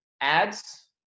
ads